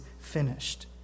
finished